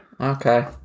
Okay